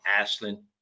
Ashlyn